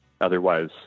otherwise